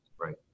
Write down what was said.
Right